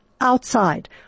outside